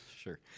Sure